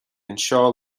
anseo